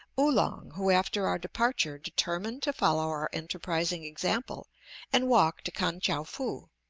oolong, who after our departure determined to follow our enterprising example and walk to kan-tchou-foo.